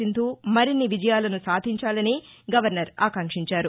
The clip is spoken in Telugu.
సింధు మరిన్ని విజయాలను సాధించాలని గవర్నర్ ఆకాంక్షించారు